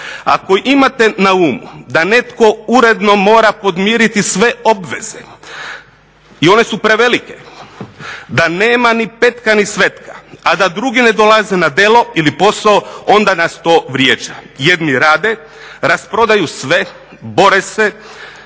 Ako imate na umu da netko uredno mora podmiriti sve obveze i one su prevelike, da nema ni petka ni svetka, a da drugi ne dolaze na delo ili posao, onda nas to vrijeđa. Jedni rade, rasprodaju sve, bore se,